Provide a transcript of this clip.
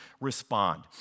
respond